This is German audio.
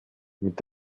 mit